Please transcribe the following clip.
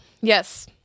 Yes